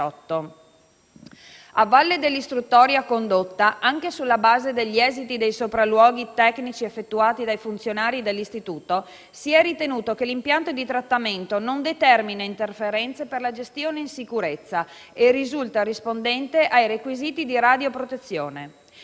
A valle dell'istruttoria condotta, anche sulla base degli esiti dei sopralluoghi tecnici effettuati dai funzionari dell'istituto, si è ritenuto che l'impianto di trattamento non determina interferenze per la gestione in sicurezza e risulta rispondente ai requisiti di radioprotezione.